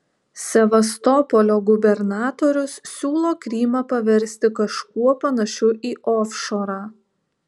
sevastopolio gubernatorius siūlo krymą paversti kažkuo panašiu į ofšorą